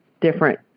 different